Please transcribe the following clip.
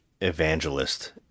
evangelist